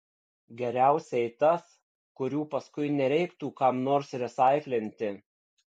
geriausiai tas kurių paskui nereiktų kam nors resaiklinti